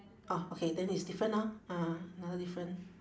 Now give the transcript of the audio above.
orh okay then it's different orh ah ah another different